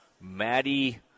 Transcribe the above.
Maddie